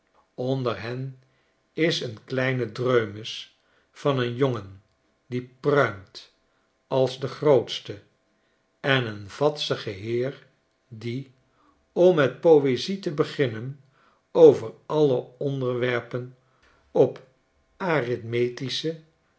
onder hen is een kleine dreumes van een jongen die pruimt als de grootste en een vadsige heer die om met poezie te beginnen over alle onderwerpen op